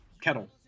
kettle